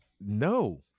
No